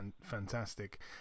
fantastic